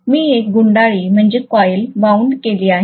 मी एक गुंडाळी वाउंड केली आहे